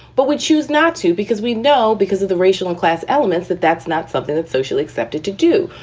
but we choose not to because we know because of the racial and class elements that that's not something that's socially accepted to do.